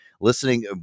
listening